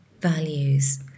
values